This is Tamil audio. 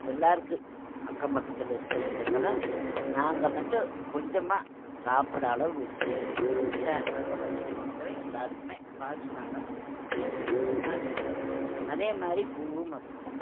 எல்லாருக்கும் அக்கம் பக்கத்தில் இருக்கிறவங்களுக்கு எல்லாம் நாங்கள் மட்டும் கொஞ்சமாக சாப்பிட்ற அளவு வச்சிட்டு மற்ற அக்கம் பக்கத்தில் இருக்கிற எல்லாருக்குமே காசு வாங்காமே கொடுத்துருவோம் நாங்கள் வச்சிக்க மாட்டோம் அதே மாதிரி பூவும் அப்பிடி தான்